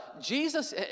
Jesus